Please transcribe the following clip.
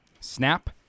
Snap